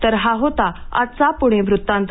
तर हा होता आजचा पुणे वृत्तांत